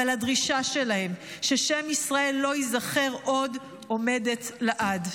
אבל הדרישה שלהם ששם ישראל לא ייזכר עוד עומדת לעד.